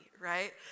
right